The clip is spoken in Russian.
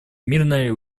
мирное